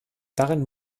darin